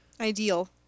ideal